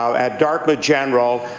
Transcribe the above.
um at dartmouth general,